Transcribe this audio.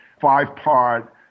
five-part